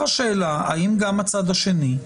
השאלה היא האם גם הצד השני,